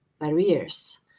barriers